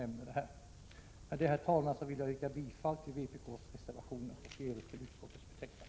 Med detta, herr talman, yrkar jag bifall till vpk-reservationerna och i övrigt till utskottets hemställan.